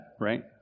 right